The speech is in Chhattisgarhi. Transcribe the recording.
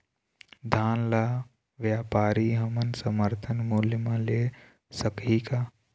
धान ला व्यापारी हमन समर्थन मूल्य म ले सकही का?